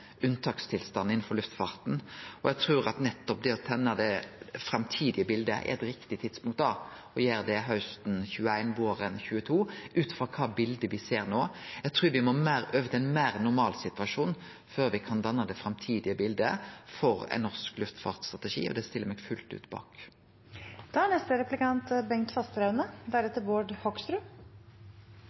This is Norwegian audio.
luftfarten, og eg trur det er eit riktig tidspunkt å teikne det framtidige bildet hausten 2021/våren 2022, ut frå kva bilde me ser nå. Eg trur me må over til ein meir normal situasjon før me kan danne det framtidige bildet for ein norsk luftfartsstrategi, og det stiller eg meg fullt ut